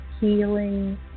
healing